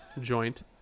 Joint